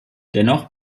dennoch